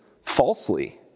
falsely